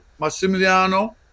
Massimiliano